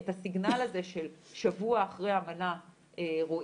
את הסיגנל הזה של שבוע אחרי המנה רואים